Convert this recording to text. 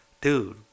dude